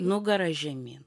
nugara žemyn